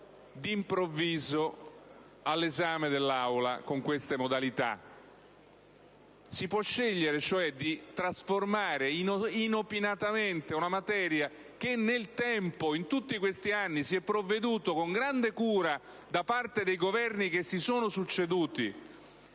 Si può scegliere di trasformare inopinatamente una materia, che nel tempo e in tutti questi anni si è trattata con grande cura da parte dei Governi che si sono succeduti,